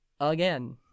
again